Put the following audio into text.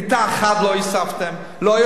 מיטה אחת לא הוספתם.